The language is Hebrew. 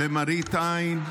למראית עין,